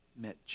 Mitch